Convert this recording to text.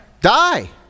Die